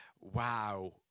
wow